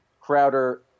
Crowder